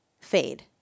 fade